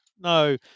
No